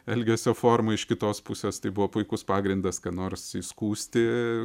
elgesio forma iš kitos pusės tai buvo puikus pagrindas ką nors įskųsti